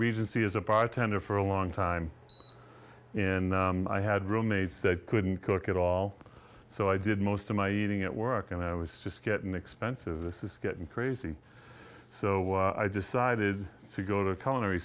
regency as a bartender for a long time in i had roommates they couldn't cook at all so i did most of my eating at work and i was just getting expensive this is getting crazy so i decided to go to col